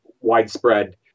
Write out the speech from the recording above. widespread